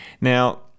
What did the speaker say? Now